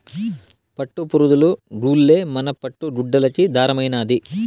పట్టుపురుగులు గూల్లే మన పట్టు గుడ్డలకి దారమైనాది